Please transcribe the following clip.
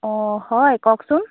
অঁ হয় কওকচোন